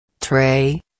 Tray